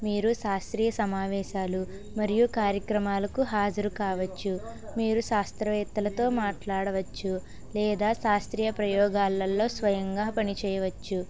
మీరు శాస్త్రీయ సమావేశాలు మరియు కార్యక్రమాలకు హాజరు కావచ్చు మీరు శాస్త్రవేత్తలతో మాట్లాడవచ్చు లేదా శాస్త్రీయ ప్రయోగాలల్లో స్వయంగా పని చేయవచ్చు